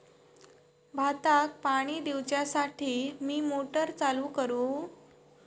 भाताक पाणी दिवच्यासाठी मी मोटर चालू करू?